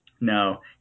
No